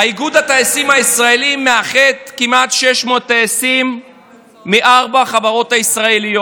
איגוד הטייסים הישראלי מאחד כמעט 600 טייסים מארבע החברות הישראליות,